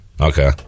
Okay